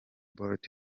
bolt